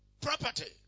Property